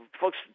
folks